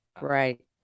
right